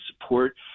support